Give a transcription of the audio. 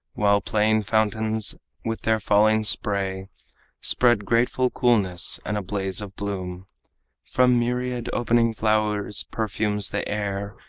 while playing fountains with their falling spray spread grateful coolness, and a blaze of bloom from myriad opening flowers perfumes the air,